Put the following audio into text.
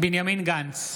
בנימין גנץ,